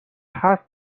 حرف